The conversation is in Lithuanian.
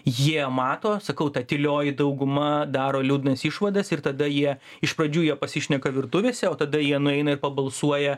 jie mato sakau ta tylioji dauguma daro liūdnas išvadas ir tada jie iš pradžių jie pasišneka virtuvėse o tada jie nueina ir pabalsuoja